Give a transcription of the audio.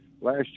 last